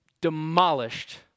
demolished